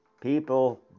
people